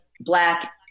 black